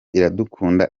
iradukunda